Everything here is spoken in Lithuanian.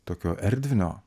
tokio erdvinio